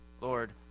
Lord